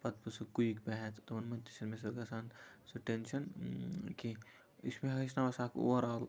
پَتہٕ گوٚو سُہ کُیِک بِہٮ۪د تمن ہُند سُہ تہِ چھُنہٕ مےٚ گژھان سُہ ٹینشَن کیٚنہہ یہِ چھُ مےٚ ہٮ۪چھناوان سُہ سَکھ اوٚورآل